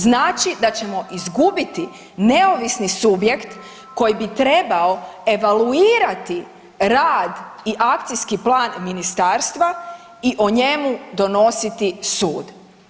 Znači da ćemo izgubiti neovisni subjekt koji bi trebalo evaluirati rad i akcijski plan ministarstva i o njemu donositi sud.